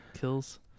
kills